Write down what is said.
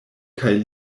kaj